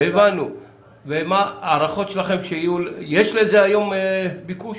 יש לזה היום ביקוש?